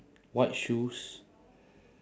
white shoes